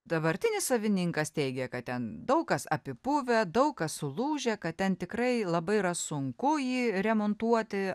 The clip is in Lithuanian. dabartinis savininkas teigia kad ten daug kas apipuvę daug kas sulūžę kad ten tikrai labai yra sunku jį remontuoti